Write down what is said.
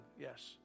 Yes